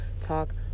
talk